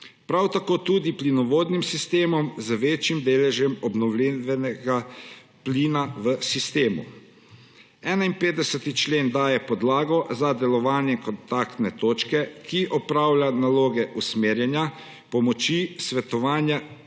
prav tako tudi plinovodnim sistemom z večjim deležem obnovljivega plina v sistemu. 51. člen daje podlago za delovanje kontaktne točke, ki opravlja naloge usmerjanja, pomoči, svetovanja